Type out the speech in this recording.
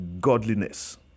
godliness